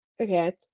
okay